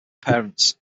parents